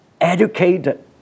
educated